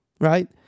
right